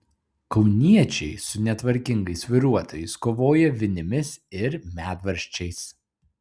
kauniečiai su netvarkingais vairuotojais kovoja vinimis ir medvaržčiais